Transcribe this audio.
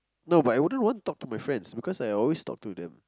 no but I wouldn't want talk to my friends because I always talk to them